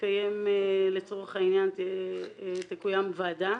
לצורך העניין תקוים ועדה